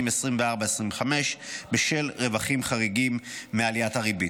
2025-2024 בשל רווחים חריגים מעליית הריבית.